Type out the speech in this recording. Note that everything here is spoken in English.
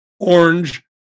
orange